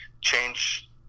change